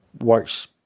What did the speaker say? works